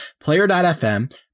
Player.fm